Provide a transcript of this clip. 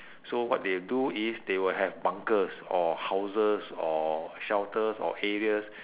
so what they do is they will have bunkers or houses or shelters or areas